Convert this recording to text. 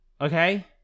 Okay